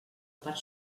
part